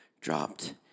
dropped